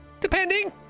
Depending